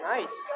Nice